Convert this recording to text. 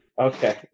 Okay